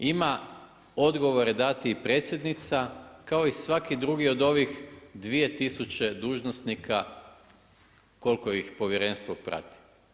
Ima odgovore dati i predsjednica kao i svaki drugi od ovih 2 tisuće dužnosnika koliko ih povjerenstvo prati.